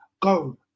go